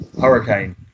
Hurricane